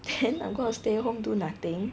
then I'm gonna stay home do nothing